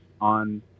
on